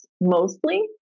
mostly